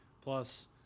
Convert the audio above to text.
plus –